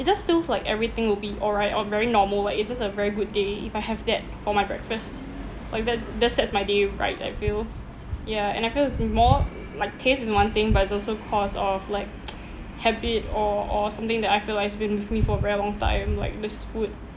it just feels like everything will be alright or very normal like it's just a very good day if I have that for my breakfast like thats that sets my day right I feel ya and I feel it's more like taste is one thing but it's also cause of like habit or or something that I feel like it's been with me for a very long time like this food